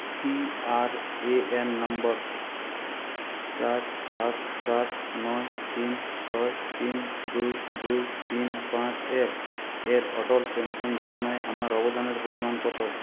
PRAN number চার সাত সাত নয় তিন ছয় তিন দুই দুই তিন পাঁচ একের অটল পেনশন যোজনায় আমার অবদানের পরিমাণ কত